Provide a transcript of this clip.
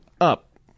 up